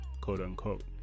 quote-unquote